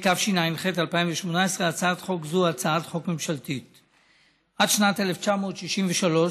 התשע"ח 2018. הצעת חוק זו